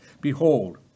Behold